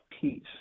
peace